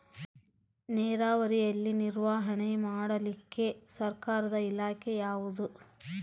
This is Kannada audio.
ನೇರಾವರಿಯಲ್ಲಿ ನಿರ್ವಹಣೆ ಮಾಡಲಿಕ್ಕೆ ಸರ್ಕಾರದ ಇಲಾಖೆ ಯಾವುದು?